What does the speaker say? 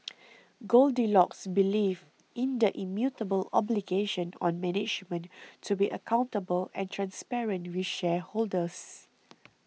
goldilocks believes in the immutable obligation on management to be accountable and transparent with shareholders